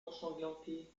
ensanglantés